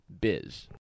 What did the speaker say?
Biz